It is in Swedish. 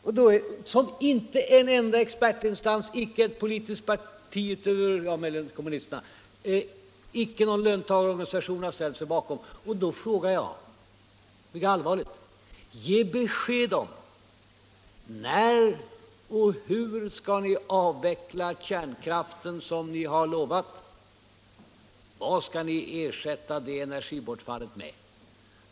Det finns icke en enda expertinstans, icke ett politiskt parti — utom möjligen kommunisterna — icke en löntagarorganisation som har ställt sig bakom detta. Därför vädjar jag mycket allvarligt: Ge besked om när och hur ni skall avveckla kärnkraften som ni har lovat! Och vad skall ni ersätta det energibortfallet med?